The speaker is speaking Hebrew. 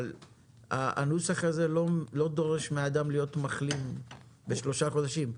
אבל הנוסח הזה לא דורש מאדם להיות מחלים בשלושה חודשים.